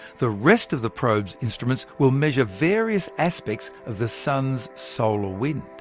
the rest of the probe's instruments will measure various aspects of the sun's solar wind.